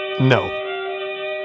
No